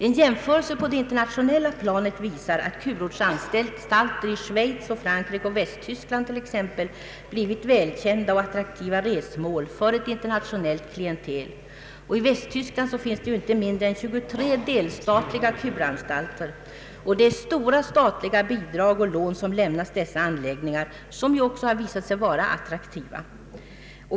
En jämförelse på det internationella planet visar att kurortsanstalter i Schweiz, Frankrike och Västtyskland blivit välkända och attraktiva resemål för ett internationelit klientel. I Västtyskland finns inte mindre än 23 delstatliga kuranstalter, och stora statliga bidrag och lån lämnas till dessa. De har också visat sig vara mycket attraktiva.